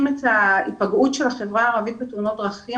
את ההפיגעות של החברה הערבית בתאונות דרכים,